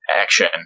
action